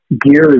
gear